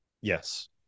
Yes